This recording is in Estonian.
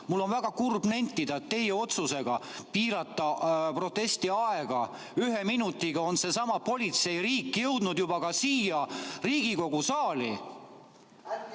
Mul on väga kurb nentida, et teie otsusega piirata protestiaega ühe minutiga on seesama politseiriik jõudnud juba ka siia Riigikogu saali.